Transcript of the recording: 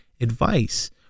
advice